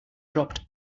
dropped